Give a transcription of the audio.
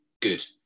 good